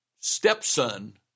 stepson